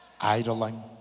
idling